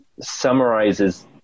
summarizes